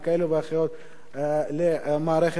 כאלה ואחרים,